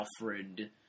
Alfred